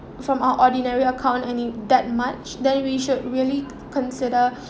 from our ordinary account I mean that much then we should really consider